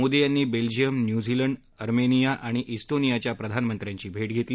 मोदी यांनी Belgium New Zealand Armenia आणि िक्टोनियाच्या प्रधानमंत्र्यांनी भेट घेतली